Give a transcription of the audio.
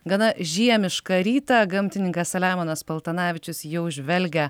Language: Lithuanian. gana žiemišką rytą gamtininkas selemonas paltanavičius jau žvelgia